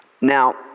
Now